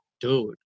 dude